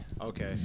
Okay